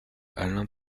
alain